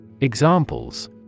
Examples